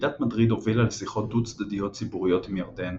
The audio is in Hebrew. ועידת מדריד הובילה לשיחות דו-צדדיות ציבוריות עם ירדן,